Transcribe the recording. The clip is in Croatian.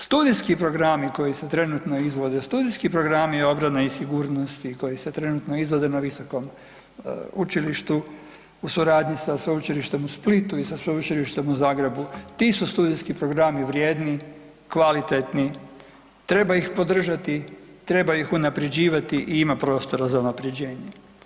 Studijski programi koji se trenutno izvode, studijski programi obrane i sigurnosti koji se trenutno izvode na visokom učilištu u suradnji sa Sveučilištem u Splitu i sa Sveučilištem u Zagrebu, ti su studijski programi vrijedni, kvalitetni, treba ih podržati, treba ih unaprjeđivati i ima prostora za unaprjeđenje.